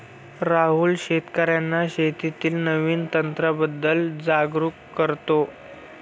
राहुल शेतकर्यांना शेतीतील नवीन तंत्रांबद्दल जागरूक करतो